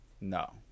No